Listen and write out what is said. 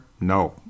No